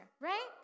right